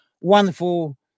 wonderful